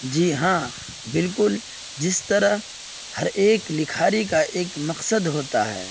جی ہاں بالکل جس طرح ہر ایک لکھاری کا ایک مقصد ہوتا ہے